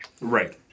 Right